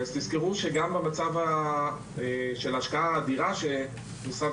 תזכרו שגם המצב של ההשקעה האדירה שמשרד